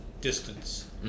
distance